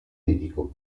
medico